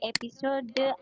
Episode